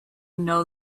know